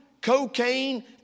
cocaine